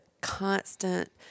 constant